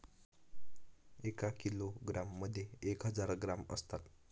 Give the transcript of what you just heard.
एका किलोग्रॅम मध्ये एक हजार ग्रॅम असतात